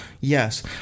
yes